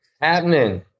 happening